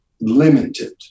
limited